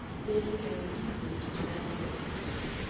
making an oblique route to ann veronica's lodging.